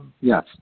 Yes